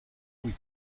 oui